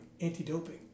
anti-doping